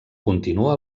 continua